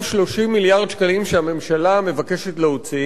30 מיליארד שקלים שהממשלה מבקשת להוציא